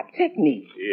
technique